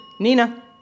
Nina